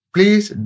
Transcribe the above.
Please